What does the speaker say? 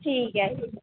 ਠੀਕ ਹੈ